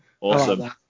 Awesome